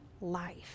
life